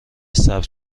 ثبت